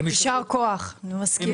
ישר כוח, אני מסכימה.